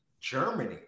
Germany